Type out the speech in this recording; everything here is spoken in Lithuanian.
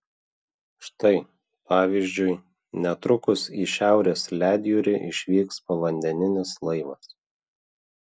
štai pavyzdžiui netrukus į šiaurės ledjūrį išvyks povandeninis laivas